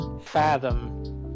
fathom